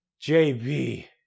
JB